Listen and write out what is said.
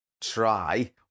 try